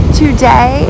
today